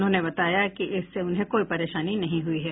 उन्होंने बताया कि इससे उन्हें कोई परेशानी नहीं हुई है